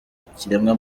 ikiremwa